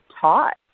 taught